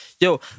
yo